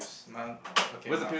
my okay my